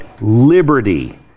Liberty